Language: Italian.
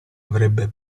avrebbe